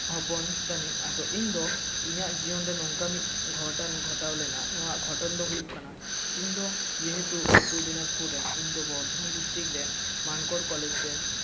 ᱦᱚᱯᱚᱱ ᱠᱟᱹᱱᱟᱹᱧ ᱟᱫᱚ ᱤᱧ ᱫᱚ ᱤᱧᱟᱹᱜ ᱡᱤᱭᱚᱱ ᱨᱮ ᱱᱚᱝᱠᱟ ᱢᱤᱫ ᱜᱷᱚᱴᱚᱱ ᱜᱷᱚᱴᱟᱣ ᱞᱮᱱᱟ ᱱᱚᱣᱟ ᱜᱷᱚᱴᱚᱱ ᱫᱚ ᱦᱩᱭᱩᱜ ᱠᱟᱱᱟ ᱤᱧ ᱫᱚ ᱡᱮᱦᱮᱛᱩ ᱩᱛᱛᱚᱨ ᱫᱤᱱᱟᱡᱽᱯᱩᱨ ᱨᱮᱱ ᱤᱧ ᱫᱚ ᱵᱚᱨᱫᱷᱚᱢᱟᱱ ᱰᱤᱥᱴᱤᱠ ᱨᱮ ᱢᱟᱱᱠᱚᱲ ᱠᱚᱞᱮᱡᱽ ᱨᱮ